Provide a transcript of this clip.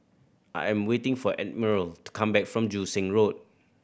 I am waiting for Admiral to come back from Joo Seng Road